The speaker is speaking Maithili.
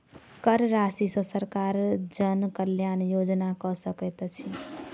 कर राशि सॅ सरकार जन कल्याण योजना कअ सकैत अछि